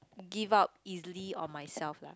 give up easily on myself lah